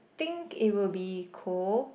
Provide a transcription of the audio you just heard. think it would be cold